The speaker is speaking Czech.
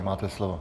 Máte slovo.